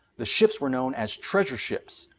the ships were known as treasure ships,